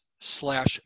slash